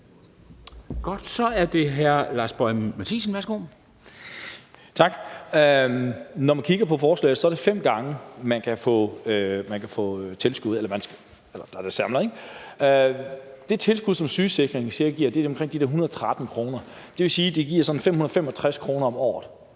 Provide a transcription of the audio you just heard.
Værsgo. Kl. 11:28 Lars Boje Mathiesen (NB): Tak. Når man kigger på forslaget, er det fem gange, man kan få tilskud. Det tilskud, som sygesikringen cirka giver, er på omkring 113 kr., det vil sige, at det giver 565 kr. om året.